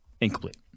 incomplete